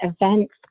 events